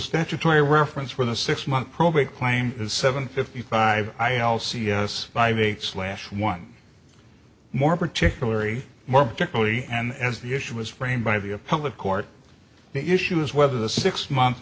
statutory reference for the six month probate claim is seven fifty five i all c s five eight slash one more particularly more particularly and as the issue was framed by the appellate court the issue is whether the six month